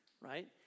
right